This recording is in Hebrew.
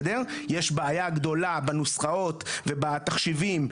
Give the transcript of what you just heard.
יש בעיה גדולה בנוסחאות ובתחשיבים,